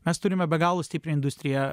mes turime be galo stiprią industriją